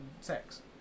sex